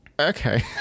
okay